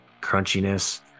crunchiness